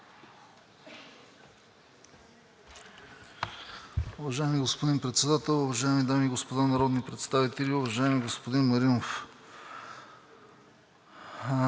Уважаеми господин Председател, уважаеми дами и господа народни представители! Уважаеми господин Маринов,